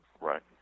Right